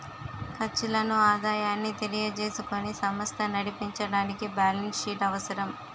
ఖర్చులను ఆదాయాన్ని తెలియజేసుకుని సమస్త నడిపించడానికి బ్యాలెన్స్ షీట్ అవసరం